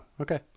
okay